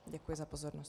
Děkuji za pozornost.